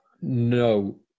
No